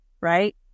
right